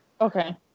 Okay